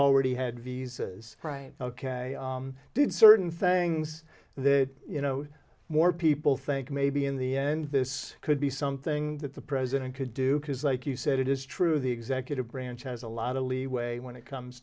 already had visas right ok did certain things that you know more people think maybe in the end this could be something that the president could do because like you said it is true the executive branch has a lot of leeway when it comes